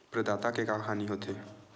प्रदाता के का हानि हो थे?